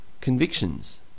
convictions